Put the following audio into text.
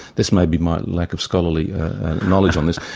this may be my lack of scholarly knowledge on this,